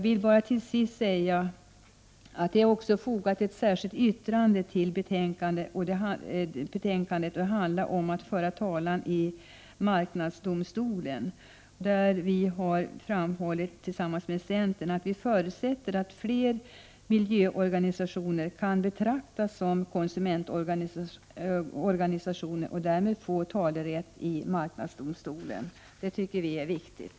Till sist vill jag bara säga att det är fogat ett särskilt yttrande till betänkandet som handlar om att föra talan i marknadsdomstolen. Vi har tillsammans med centern framhållit att vi förutsätter att flera miljöorganisationer kan betraktas som konsumentorganisationer och därmed få talerätt i marknadsdomstolen. Det tycker vi är viktigt.